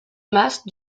masse